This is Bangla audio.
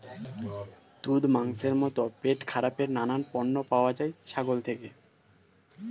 দুধ, মাংসের মতো পেটখারাপের নানান পণ্য পাওয়া যায় ছাগল থেকে